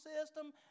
system